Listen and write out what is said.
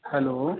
hello